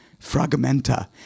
fragmenta